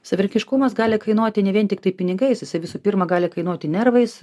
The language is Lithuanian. savarankiškumas gali kainuoti ne vien tiktai pinigais jisai visų pirma gali kainuoti nervais